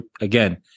again